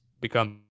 become